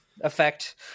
effect